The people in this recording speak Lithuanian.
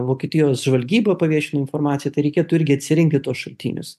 vokietijos žvalgyba paviešino informaciją tai reikėtų irgi atsirinkti tuos šaltinius